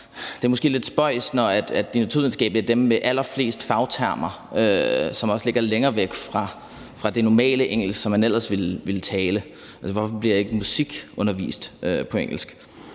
det er måske lidt spøjst, når de naturvidenskabelige er dem med allerflest fagtermer, som også ligger længere væk fra det normale engelsk, som man ellers ville tale. Hvorfor bliver der ikke undervist i musik på engelsk?